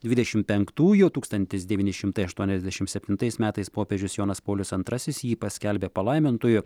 dvidešimt penktųjų tūkstantis devyni šimtai aštuoniasdešimt septintais metais popiežius jonas paulius antrasis jį paskelbė palaimintuoju